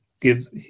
gives